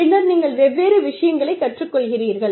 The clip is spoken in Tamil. பின்னர் நீங்கள் வெவ்வேறு விஷயங்களைக் கற்றுக்கொள்கிறீர்கள்